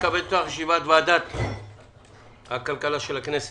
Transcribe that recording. אני מתכבד לפתוח את ישיבת ועדת הכלכלה של הכנסת.